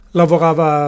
lavorava